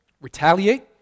retaliate